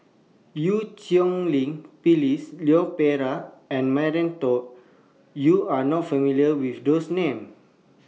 EU Cheng Lin Phyllis Leon Perera and Maria tall YOU Are not familiar with These Names